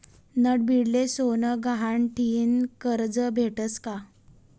नडभीडले सोनं गहाण ठीन करजं भेटस का?